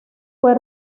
fue